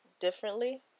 differently